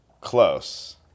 Close